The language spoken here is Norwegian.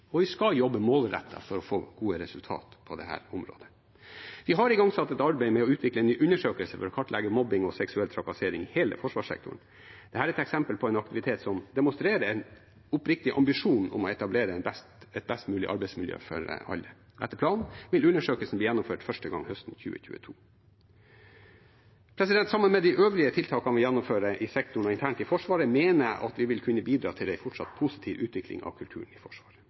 og vi skal jobbe målrettet for å få gode resultater på dette området. Vi har igangsatt et arbeid med å utvikle en ny undersøkelse for å kartlegge mobbing og seksuell trakassering i hele forsvarssektoren. Dette er et eksempel på en aktivitet som demonstrerer en oppriktig ambisjon om å etablere et best mulig arbeidsmiljø for alle. Etter planen vil undersøkelsen bli gjennomført første gang høsten 2022. Sammen med de øvrige tiltakene vi gjennomfører i sektoren og internt i Forsvaret, mener jeg at vi vil kunne bidra til en fortsatt positiv utvikling av kulturen i Forsvaret.